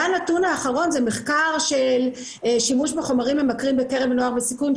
והנתון האחרון זה מחקר של שימוש בחומרים ממכרים בקרב נוער בסיכון,